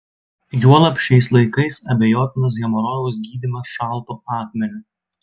juolab šiais laikais abejotinas hemorojaus gydymas šaltu akmeniu